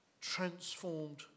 transformed